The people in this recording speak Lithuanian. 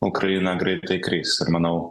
ukraina greitai kris ir manau